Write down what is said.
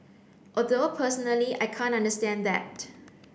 although personally I can't understand that